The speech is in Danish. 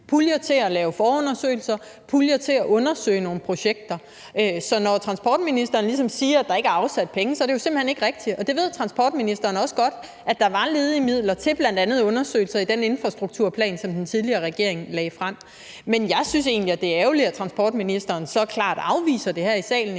puljer til at lave forundersøgelser, puljer til at undersøge nogle projekter. Så når transportministeren ligesom siger, at der ikke er afsat penge, så er det jo simpelt hen ikke rigtigt – og det ved transportministeren også godt. Der var ledige midler til bl.a. undersøgelser i den infrastrukturplan, som den tidligere regering lagde frem. Men jeg synes egentlig, at det er ærgerligt, at transportministeren her i salen